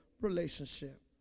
relationship